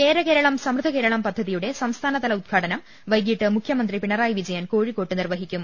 കേര കേരളം സമൃദ്ധകേരളം പദ്ധതിയുടെ സംസ്ഥാനതല ഉദ്ഘാടനം വൈകീട്ട് മുഖ്യമന്ത്രി പിണറായി വിജയൻ കോഴി ക്കോട്ട് നിർവഹിക്കും